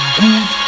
good